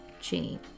chain